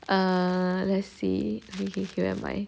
err let's see okay okay where am I